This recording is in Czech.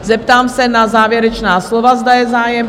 Zeptám se na závěrečná slova, zda je zájem?